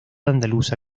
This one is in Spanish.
andaluza